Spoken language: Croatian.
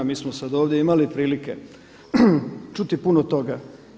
A mi smo sada ovdje imali prilike čuti puno toga.